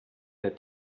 der